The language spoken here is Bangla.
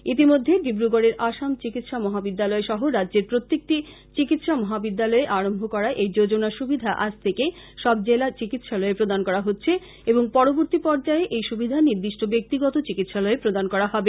ইতিমধ্যে ডিব্রগড়ের আসাম চিকিৎসা মহাবিদ্যালয় সহ রাজ্যের প্রত্যেকটি চিকিৎসা মহাবিদ্যালয়ে আরম্ভ করা এই যোজনার সুবিধা আজ থেকে সব জেলা চিকিৎসালয়ে করা হচ্ছে এবং পরবর্তী পর্যায়ে নির্দিষ্ট ব্যাক্তিগত চিকিৎসালয়ে প্রদান করা হবে